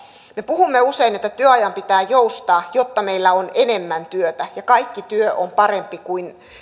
me puhumme usein että työajan pitää joustaa jotta meillä on enemmän työtä ja kaikki työ on parempi